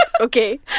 Okay